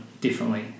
differently